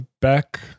Back